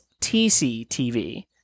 tctv